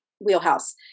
wheelhouse